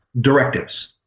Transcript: directives